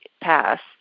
passed